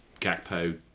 Gakpo